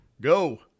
Go